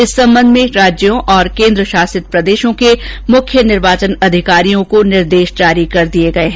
इस संबंध में राज्यों और केन्द्र शासित प्रदेशों के मुख्य निर्वाचन अधिकारियों को निर्देश जारी कर दिए गए हैं